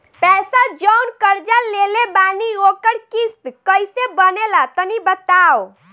पैसा जऊन कर्जा लेले बानी ओकर किश्त कइसे बनेला तनी बताव?